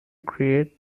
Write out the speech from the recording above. create